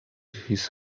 his